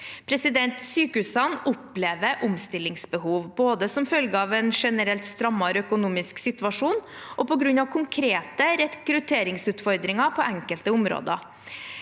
jordmødre. Sykehusene opplever omstillingsbehov, både som følge av en generelt strammere økonomisk situasjon og på grunn av konkrete rekrutteringsutfordringer på enkelte områder.